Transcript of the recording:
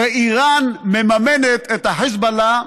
הרי איראן מממנת את החיזבאללה,